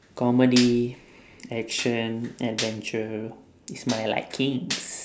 comedies action adventure is my likings